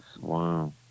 Wow